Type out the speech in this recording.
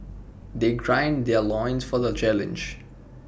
they gran their loins for the challenge